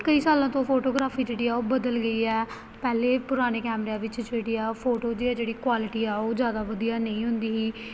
ਕਈ ਸਾਲਾਂ ਤੋਂ ਫੋਟੋਗ੍ਰਾਫੀ ਜਿਹੜੀ ਆ ਉਹ ਬਦਲ ਗਈ ਹੈ ਪਹਿਲਾਂ ਪੁਰਾਣੇ ਕੈਮਰਿਆਂ ਵਿੱਚ ਜਿਹੜੀ ਆ ਫੋਟੋ ਦੀ ਆ ਜਿਹੜੀ ਕੁਆਲਿਟੀ ਆ ਉਹ ਜ਼ਿਆਦਾ ਵਧੀਆ ਨਹੀਂ ਹੁੰਦੀ ਸੀ